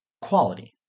Quality